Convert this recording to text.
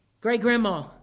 great-grandma